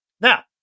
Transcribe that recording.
Now